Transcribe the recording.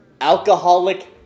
alcoholic